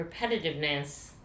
repetitiveness